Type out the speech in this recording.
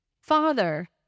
Father